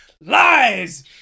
LIES